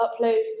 upload